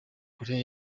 koreya